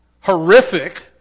horrific